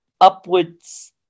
upwards